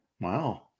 Wow